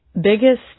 biggest